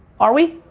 are we?